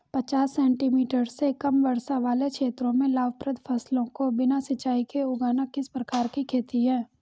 पचास सेंटीमीटर से कम वर्षा वाले क्षेत्रों में लाभप्रद फसलों को बिना सिंचाई के उगाना किस प्रकार की खेती है?